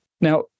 Now